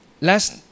Last